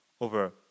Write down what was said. over